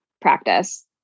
practice